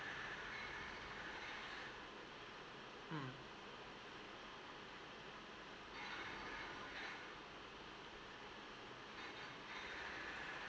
mm